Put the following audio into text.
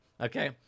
Okay